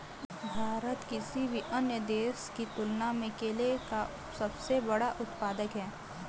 भारत किसी भी अन्य देश की तुलना में केले का सबसे बड़ा उत्पादक है